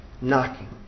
knocking